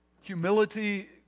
humility